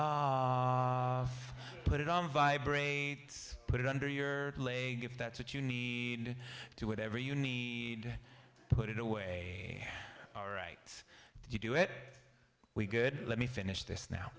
up put it on vibrate put it under your leg if that's what you need to whatever you need to put it away all right you do it we good let me finish this now